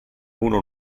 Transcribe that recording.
uno